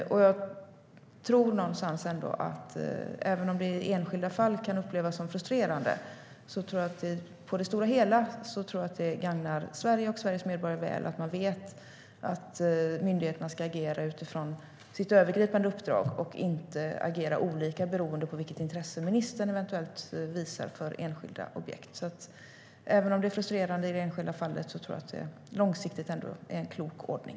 Även om det i enskilda fall kan upplevas som frustrerande tror jag att det på det stora hela gagnar Sverige och Sveriges medborgare att man vet att myndigheterna agerar utifrån sitt övergripande uppdrag och inte beroende på vilket intresse ministern eventuellt visar för enskilda objekt. Även om det är frustrerande i det enskilda fallet tror jag att det långsiktigt trots allt är en klok ordning.